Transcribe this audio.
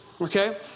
Okay